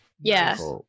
Yes